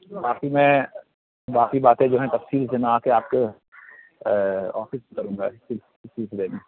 باقی میں باقی باتیں جو ہیں تفصیل سے میں آ کے آپ کے آفس میں کروں گا اس اس سلسلے میں